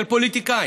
של פוליטיקאים?